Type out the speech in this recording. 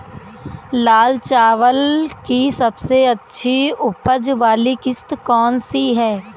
लाल चावल की सबसे अच्छी उपज वाली किश्त कौन सी है?